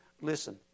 Listen